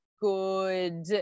good